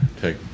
take